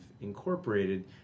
incorporated